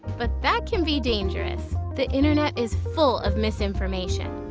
but that can be dangerous. the internet is full of misinformation.